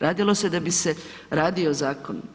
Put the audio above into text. Radilo se da bi se radio zakon?